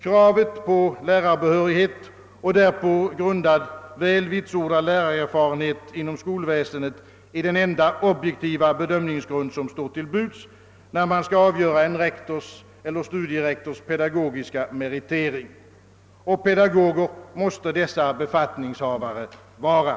Kravet på lärarbehörighet och därpå grundad, väl vitsordad lärarerfarenhet inom skolväsendet är den enda objektiva bedömningsgrund som står till buds när man skall bedöma en rektors eller studierektors pedagogiska meriter — och pedagoger måste dessa befattningshavare vara.